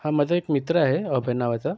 हां माझा एक मित्र आहे अभय नावाचा